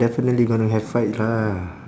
definitely gonna have fights lah